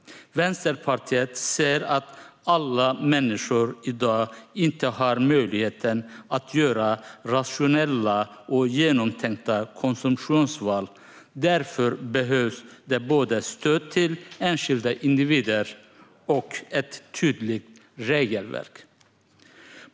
Vänsterpartiet ser att alla människor inte i dag har möjligheten att göra rationella och genomtänkta konsumtionsval. Därför behövs både stöd till enskilda individer och ett tydligt regelverk.